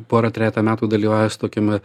porą trejetą metų dalyvavęs tokiame